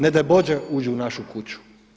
Ne daj Bože uđu u našu kuću.